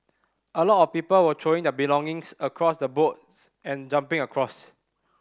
a lot of people were throwing their belongings across the boats and jumping across